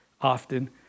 often